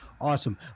awesome